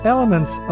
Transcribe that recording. Elements